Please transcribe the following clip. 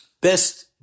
best